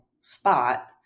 spot